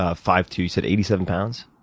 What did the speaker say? ah five-two, you said eighty seven pounds?